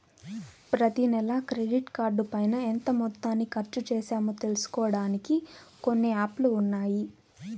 ప్రతినెలా క్రెడిట్ కార్డుపైన ఎంత మొత్తాన్ని ఖర్చుచేశామో తెలుసుకోడానికి కొన్ని యాప్ లు ఉన్నాయి